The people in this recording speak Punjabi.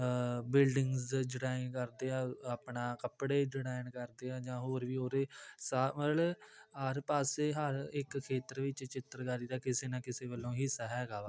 ਬਿਲਡਿੰਗਸ ਜਡੈਇੰਨ ਕਰਦੇ ਹਾਂ ਆਪਣਾ ਕੱਪੜੇ ਜਡੈਨ ਕਰਦੇ ਹਾਂ ਜਾਂ ਹੋਰ ਵੀ ਉਹਦੇ ਮਤਲਬ ਹਰ ਪਾਸੇ ਹਰ ਇੱਕ ਖੇਤਰ ਵਿੱਚ ਚਿੱਤਰਕਾਰੀ ਦਾ ਕਿਸੇ ਨਾ ਕਿਸੇ ਵੱਲੋ ਹਿੱਸਾ ਹੈਗਾ ਵਾ